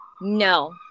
No